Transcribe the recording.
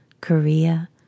Korea